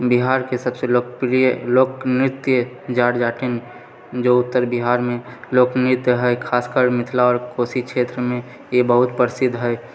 बिहारके सभसे लोकप्रिय लोकनृत्य जाट जटिन जो उत्तर बिहारमे लोकनृत्य हय खासकर मिथिला आओर कोशी क्षेत्रमे इ बहुत प्रसिद्ध हय